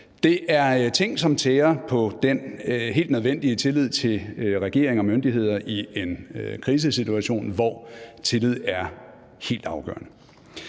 Det er ting, som tærer på den helt nødvendige tillid til regering og myndigheder i en krisesituation, hvor tillid er helt afgørende.